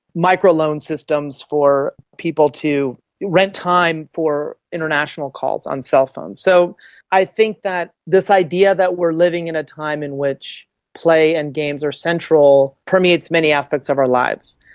micro-loan systems for people to rent time for international calls on cell phones. so i think that this idea that we are living in a time in which play and games are central permeates many aspects of our lives.